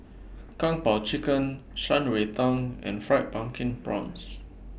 Kung Po Chicken Shan Rui Tang and Fried Pumpkin Prawns